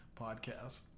podcast